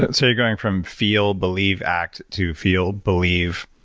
but so you're going from feel, believe, act, to feel, believe,